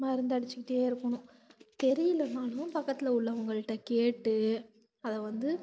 மருந்தடிச்சுக்கிட்டே இருக்கணும் தெரியலைனாலும் பக்கத்தில் உள்ளவங்கள்ட்ட கேட்டு அதை வந்து